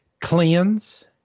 cleanse